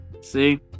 See